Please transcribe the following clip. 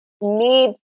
need